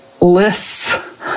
lists